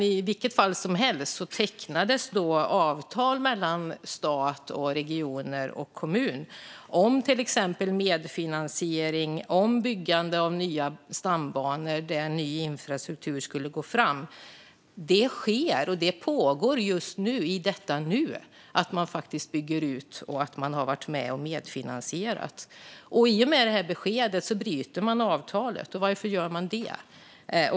I vilket fall som helst tecknades då avtal mellan staten, regioner och kommuner om till exempel medfinansiering och byggande av nya stambanor där ny infrastruktur skulle gå fram. Det sker och pågår just i detta nu att man bygger ut och har varit med och medfinansierat. I och med detta besked bryter man avtalet. Varför gör man det?